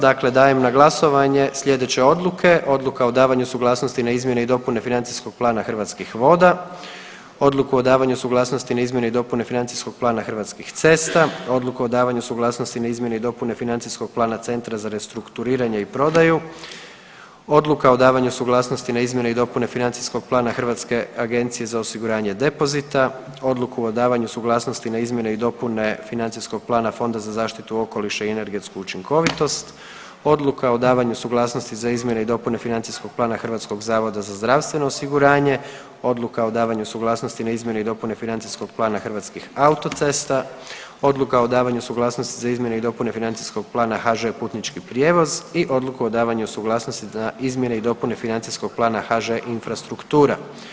Dajem na glasovanje sljedeće odluke: Odluka o davanju suglasnosti na izmjene i dopune Financijskog plana Hrvatskih voda, Odluku o davanju suglasnosti na izmjene i dopune Financijskog plana Hrvatskih cesta, Odluku o davanju suglasnosti na izmjene i dopune Financijskog plana Centra za restrukturiranje i prodaju, Odluka o davanju suglasnosti na izmjene i dopune Financijskog plana Hrvatske agencije za osiguranje depozita, Odluku o davanju suglasnosti na izmjene i dopune Financijskog plana Fonda za zaštitu okoliša i energetsku učinkovitost, Odluka o davanju suglasnosti za izmjene i dopune Financijskog plana Hrvatskog zavoda za zdravstveno osiguranje, Odluka o davanju suglasnosti na izmjene i dopune Financijskog plana Hrvatskih autocesta, Odluka o davanju suglasnosti za izmjene i dopune Financijskog plana HŽ Putnički prijevoz i Odluku o davanju suglasnosti za izmjene i dopune Financijskog plana HŽ Infrastruktura.